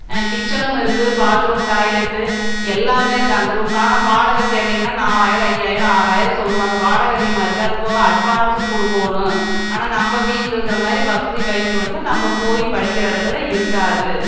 கிச்சனும் இருக்குது bathroom toilet எல்லாமே இருக்குது அந்த ரூம்க்கு ஆனால் வாடகை கேட்டிங்கன்னால் நாலாயிரம் ஐயாயிரம் ஆறாயிரம் சொல்லுவாங்க வாடகை அதிகமாயிருக்கு அது போக அட்வான்ஸ்ஸும் கொடுக்கோணும் ஆனால் நம் வீட்டில் இருக்கிற மாதிரி வசதி வாய்ப்பு வந்து நம்ப போய் படிக்கிற இடத்துல இருக்காது